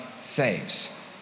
saves